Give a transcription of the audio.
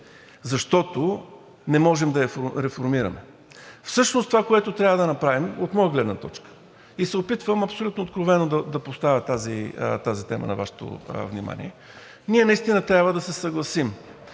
защото не можем да я реформираме. Всъщност това, което трябва да направим, от моя гледна точка и се опитвам абсолютно откровено да поставя тази тема на Вашето внимание – ние наистина трябва да се съгласим,